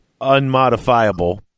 unmodifiable